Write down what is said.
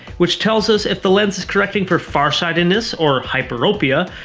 which tells us if the lens is correcting for far-sightedness, or hyperopia,